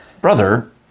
brother